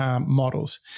models